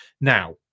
Now